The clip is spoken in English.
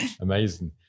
Amazing